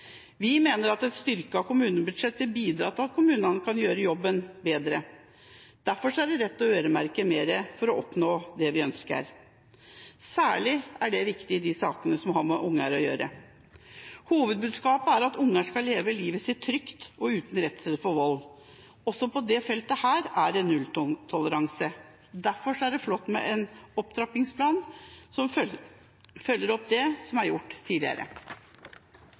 Vi mener at et styrket kommunebudsjett vil bidra til at kommunene kan gjøre jobben bedre. Derfor er det rett å øremerke mer for å oppnå det vi ønsker. Særlig er det viktig i de sakene som har med barn å gjøre. Hovedbudskapet er at barn skal leve livet sitt trygt og uten redsel for vold. Også på dette feltet er det nulltoleranse. Derfor er det flott med en opptrappingsplan som følger opp det som er gjort tidligere.